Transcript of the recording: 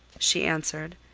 she answered.